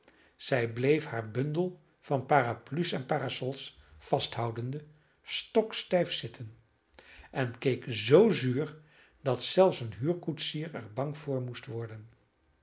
zij bleef haar bundel van parapluies en parasols vasthoudende stokstijf zitten en keek zoo zuur dat zelfs een huurkoetsier er bang voor moest worden